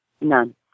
None